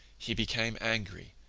he became angry,